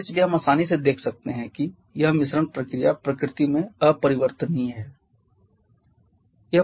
और इसलिए हम आसानी से देख सकते हैं कि यह मिश्रण प्रक्रिया प्रकृति में अपरिवर्तनीय है